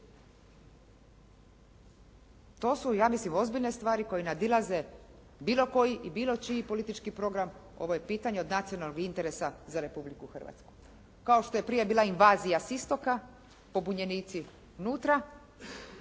To su ja mislim ozbiljne stvari koje nadilaze bilo koji i bilo čiji politički program. Ovo je pitanje od nacionalnog interesa za Republiku Hrvatsku. Kao što je prije bila invazija s istoka, pobunjenici unutra,